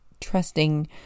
trusting